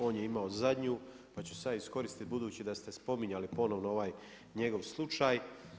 On je imao zadnju, pa ću sad iskoristit budući da ste spominjali ponovno ovaj njegov slučaj.